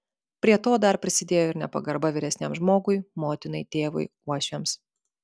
prie to dar prisidėjo ir nepagarba vyresniam žmogui motinai tėvui uošviams